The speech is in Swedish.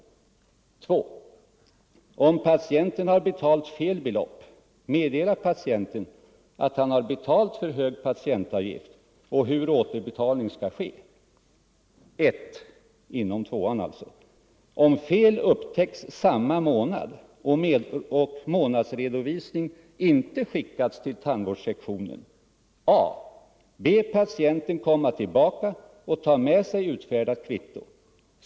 I. Om patienten har betalat fel belopp. Meddela patienten att han har betalat för hög patientavgift och hur återbetalning skall ske. 1. Om felet upptäcks samma månad och månadsredovisning inte skickats till tandvårdssektionen. A. Be patienten komma tillbaka och ta med sig utfärdat kvitto.